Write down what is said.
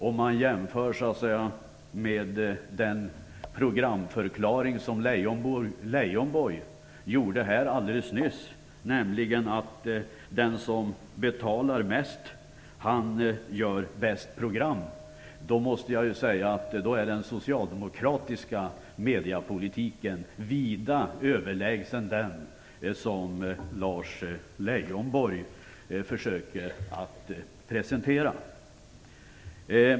Om man jämför med den programförklaring som Leijonborg gjorde alldeles nyss - nämligen att den som betalar mest gör bäst program - är den socialdemokratiska mediepolitiken vida överlägsen den som Lars Leijonborg försöker presentera.